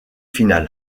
final